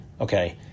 okay